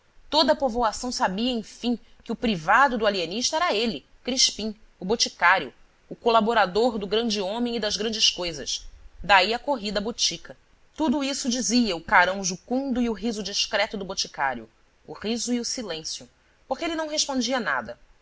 toda a povoação sabia enfim que o privado do alienista era ele crispim o boticário o colaborador do grande homem e das grandes coisas daí a corrida à botica tudo isso dizia o carão jucundo e o riso discreto do boticário o riso e o silêncio porque ele não respondia nada